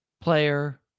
player